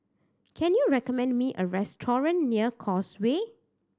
can you recommend me a restaurant near Causeway